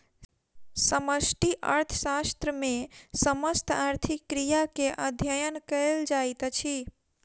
समष्टि अर्थशास्त्र मे समस्त आर्थिक क्रिया के अध्ययन कयल जाइत अछि